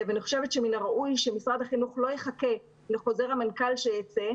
אני חושבת שמן הראוי שמשרד החינוך לא יחכה לחוזר המנכ"ל שייצא,